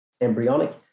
embryonic